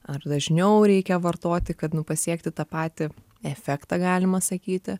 ar dažniau reikia vartoti kad nu pasiekti tą patį efektą galima sakyti